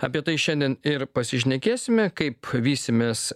apie tai šiandien ir pasišnekėsime kaip vysimės